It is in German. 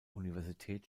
universität